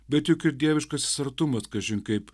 bet juk ir dieviškasis artumas kažin kaip